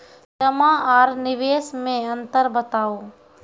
जमा आर निवेश मे अन्तर बताऊ?